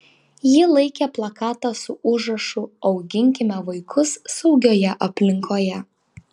ji laikė plakatą su užrašu auginkime vaikus saugioje aplinkoje